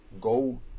go